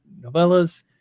novellas